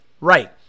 right